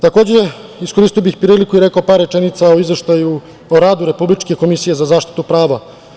Takođe, iskoristio bih priliku i rekao par rečenica o Izveštaju o radu Republičke komisije za zaštitu prava.